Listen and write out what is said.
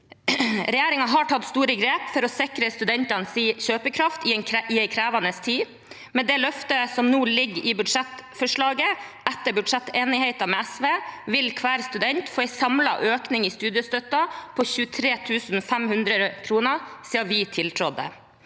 Regjeringen har tatt store grep for å sikre studentenes kjøpekraft i en krevende tid. Med det løftet som nå ligger i budsjettforslaget etter budsjettenigheten med SV, vil hver student ha fått en samlet økning i studiestøtten på 23 500 kr siden vi tiltrådte.